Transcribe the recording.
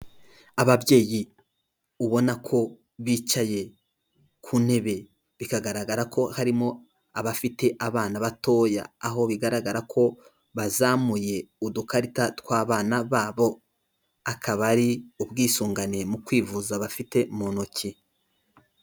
Ababyeyi ubona ko bicaye ku ntebe bikagaragara ko harimo abafite abana batoya, aho bigaragara ko bazamuye udukarita tw'abana babo, akaba ari ubwisungane mu kwivuza bafite mu ntoki.